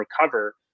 recover